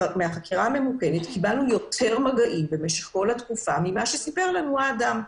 מהחקירה הממוכנת קיבלנו יותר מגעים במשך כל התקופה ממה שסיפר לנו האדם,